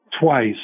twice